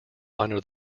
under